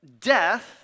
death